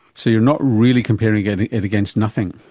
so you're not really comparing it it against nothing.